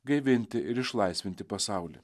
gaivinti ir išlaisvinti pasaulį